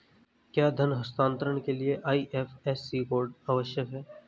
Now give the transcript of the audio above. क्या धन हस्तांतरण के लिए आई.एफ.एस.सी कोड आवश्यक है?